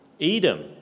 Edom